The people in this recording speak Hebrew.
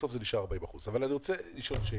בסוף זה נשאר 40%. ב' אני רוצה לשאול שאלה: